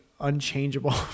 unchangeable